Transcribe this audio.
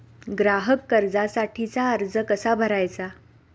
ग्राहक कर्जासाठीचा अर्ज कसा भरायचा?